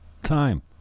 time